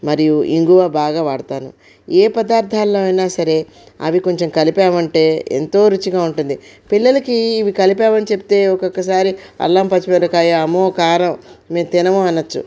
మరియు ఇంగువ బాగా వాడతాను ఏ పదార్థాలలో అయినా సరే అవి కొంచెం కలిపామంటే ఎంతో రుచిగా ఉంటుంది పిల్లలకి ఇవి కలిపామని చెప్తే ఒక్కొక్కసారి అల్లం పచ్చి మిరపకాయ అమ్మో కారం మేం తినము అనవచ్చు